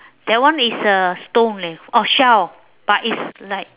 that one is uh stone leh oh shell but it's like